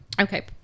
Okay